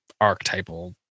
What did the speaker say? archetypal